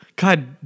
God